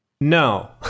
no